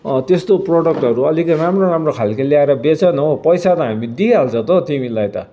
त्यस्तो प्रडक्टहरू अलिक राम्रो राम्रो खालकै ल्याएर बेच न हो पैसा त हामी दिइहाल्छौँ त तिमीलाई त